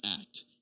act